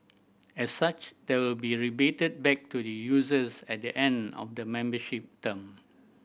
as such they will be rebated back to the users at the end of the membership term